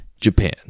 japan